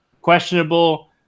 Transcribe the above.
questionable